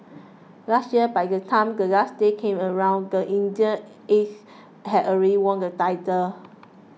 last year by the time the last day came around the Indian Aces had already won the title